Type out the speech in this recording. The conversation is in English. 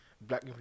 black